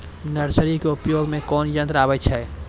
Nursery के उपयोग मे कोन यंत्र आबै छै?